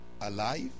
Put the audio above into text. alive